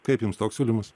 kaip jums toks siūlymas